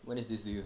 when is this due